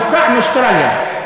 הופקע מאוסטרליה.